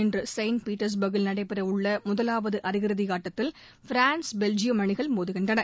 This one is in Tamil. இன்று செயின்ட் பீட்டர்ஸ்பர்க்கில் நடைபெற உள்ள முதலாவது அரையிறுதி ஆட்டத்தில் பிரான்ஸ் பெல்ஜியம் அணிகள் மோதுகின்றன